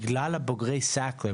בגלל הבוגרי סאקר,